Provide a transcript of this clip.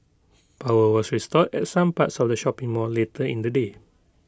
power was restored at some parts of the shopping mall later in the day